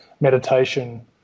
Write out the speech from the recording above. meditation